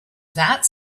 that